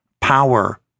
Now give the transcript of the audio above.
power